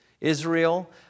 Israel